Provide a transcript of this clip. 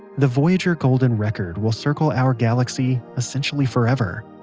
the voyager golden record will circle our galaxy essentially forever.